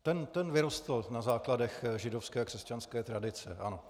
Ten vyrostl na základech židovské a křesťanské tradice, ano.